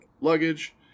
luggage